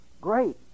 great